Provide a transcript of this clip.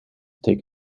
take